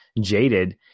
jaded